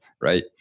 right